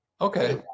Okay